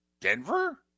Denver